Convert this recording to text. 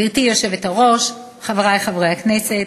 גברתי היושבת-ראש, חברי חברי הכנסת,